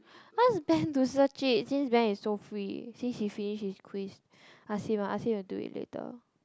ask Ben to search it since Ben is so free since he finish his quiz ask him lah ask him to do it later